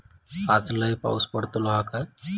आज लय पाऊस पडतलो हा काय?